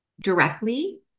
directly